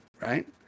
right